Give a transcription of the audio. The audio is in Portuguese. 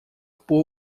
por